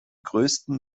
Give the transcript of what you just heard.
größten